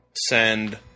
send